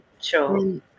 Sure